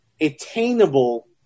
attainable